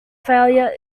failure